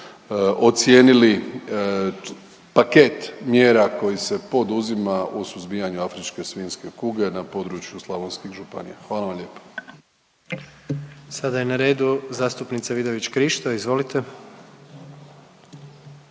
ocijenili paket mjera koji se poduzima u suzbijanju afričke svinjske kuge na području slavonskih županija. Hvala vam lijepo. **Jandroković, Gordan (HDZ)** Sada je na redu zastupnica Vidović Krišto, izvolite.